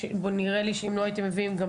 נראה לי שאם לא הייתם מביאים את הדוח,